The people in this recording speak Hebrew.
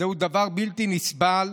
זהו דבר בלתי נסבל,